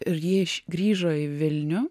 ir jie grįžo į vilnių